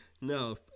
No